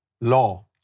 law